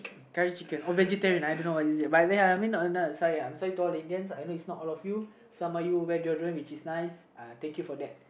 curry chicken or vegetarian I don't know what is it but then I mean sorry told Indian's I know is not all of you some of you what are you doing which is nice uh thank you for that